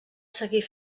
seguir